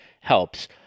helps